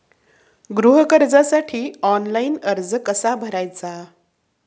गृह कर्जासाठी ऑनलाइन अर्ज कसा भरायचा?